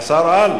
שר-על.